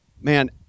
Man